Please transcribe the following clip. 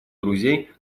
друзей